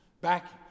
back